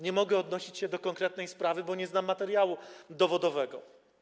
Nie mogę odnosić się do konkretnej sprawy, bo nie znam materiału dowodowego.